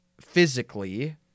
physically